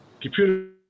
Computer